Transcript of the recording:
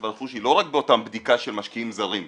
והרכוש היא לא רק באותה בדיקה של משקיעים זרים.